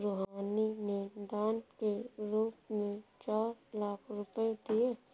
रूहानी ने दान के रूप में चार लाख रुपए दिए